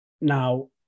now